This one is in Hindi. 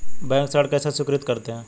बैंक ऋण कैसे स्वीकृत करते हैं?